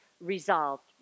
Resolved